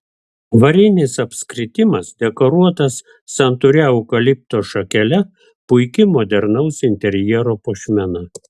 varinis apskritimas dekoruotas santūria eukalipto šakele puiki modernaus interjero puošmena